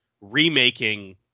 remaking